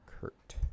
Kurt